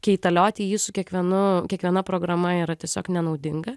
kaitalioti jį su kiekvienu kiekviena programa yra tiesiog nenaudinga